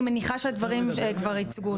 אני מניחה שהדברים כבר הוצגו,